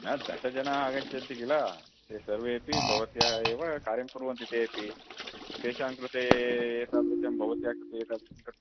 न दशजनाः आगच्छन्ति किल ते सर्वेपि भवत्याः एव कार्यं कुर्वन्ति तेऽपि तेषां कृते एतादृशं भवत्याः कृते एतादृशं कर्